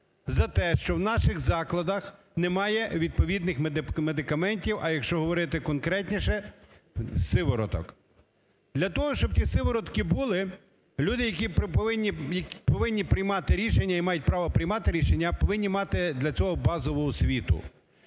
за те, що в наших закладах немає відповідних медикаментів, а якщо говорити конкретніше, сивороток. Для того, щоб ті сиворотки були, люди, які повинні приймати рішення і мають право приймати рішення, повинні мати для цього базову освіту.